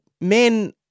Men